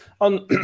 On